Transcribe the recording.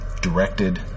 directed